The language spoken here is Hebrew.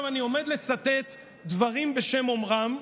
עכשיו אני עומד לצטט דברים בשם אומרם.